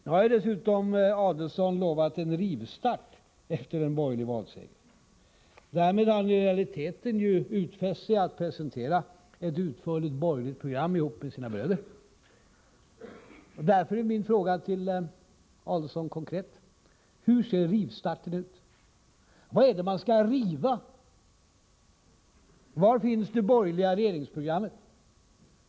Nu har dessutom Adelsohn lovat en rivstart efter en borgerlig valseger. Därmed har han i realiteten utfäst sig att presentera ett utförligt borgerligt program ihop med sina bröder. Därför är min konkreta fråga till Adelsohn: Hur ser rivstarten ut? Vad är det man skall riva? Var finns det borgerliga regeringsprogrammet?